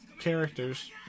characters